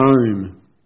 home